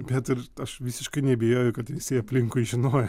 bet ir aš visiškai neabejoju kad visi aplinkui žinojo